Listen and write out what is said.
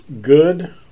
good